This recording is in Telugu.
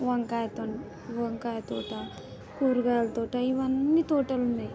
వంకాయతో వంకాయ తోట కూరగాయల తోట ఇవన్నీ తోటలు ఉన్నాయి